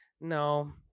No